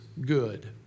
good